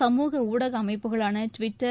சமூக ஊடக அமைப்புகளான டுவிட்டர்